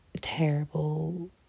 terrible